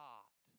God